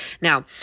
Now